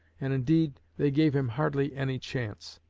and, indeed, they gave him hardly any chance.